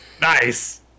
Nice